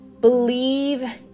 Believe